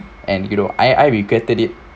and you know I I regretted it